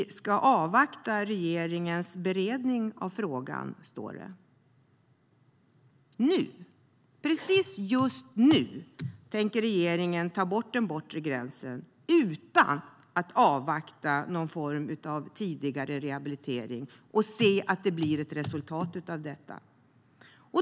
"Regeringens beredning av förslagen bör avvaktas", står det också. Nu, precis just nu, tänker regeringen ta bort den bortre tidsgränsen utan att avvakta någon form av tidigare rehabilitering eller se att det blir ett resultat av detta.